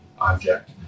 object